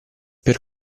per